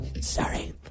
Sorry